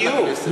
בדיוק.